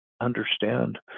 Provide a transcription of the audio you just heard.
understand